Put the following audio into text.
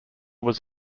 was